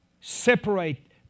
separate